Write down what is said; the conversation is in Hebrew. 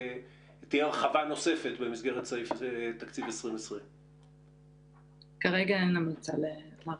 שתהיה הרחבה נוספת במסגרת סעיפי תקציב 2020. כרגע אין המלצה כזו.